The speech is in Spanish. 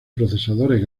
procesadores